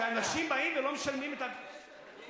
שאנשים באים ולא משלמים מה אכפת לי